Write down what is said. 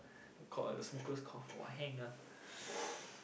the co~ the smokers cough !wah! hang ah